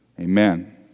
Amen